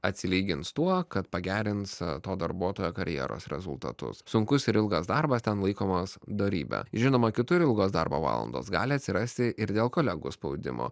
atsilygins tuo kad pagerins to darbuotojo karjeros rezultatus sunkus ir ilgas darbas ten laikomas dorybe žinoma kitur ilgos darbo valandos gali atsirasti ir dėl kolegų spaudimo